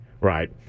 Right